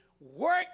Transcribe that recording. work